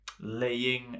laying